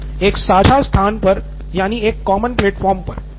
सिद्धार्थ मटूरी एक साझा स्थान पर यानि एक कॉमन प्लेटफॉर्म पर